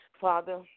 Father